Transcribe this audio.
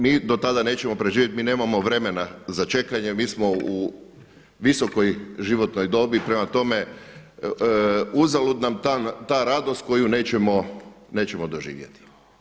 Mi do tada nećemo preživjeti, mi nemamo vremena za čekanje, mi smo u visokoj životnoj dobi, prema tome uzalud nam ta radost koju nećemo doživjeti.